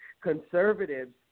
conservatives